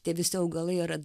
tie visi augalai yra